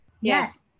Yes